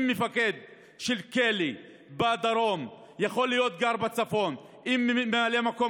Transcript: אם מפקד של כלא בדרום יכול לגור בצפון ואם ממלא מקום